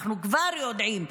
אנחנו כבר יודעים,